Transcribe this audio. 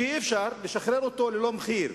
שאי-אפשר לשחרר אותו ללא מחיר.